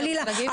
חלילה,